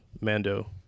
mando